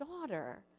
daughter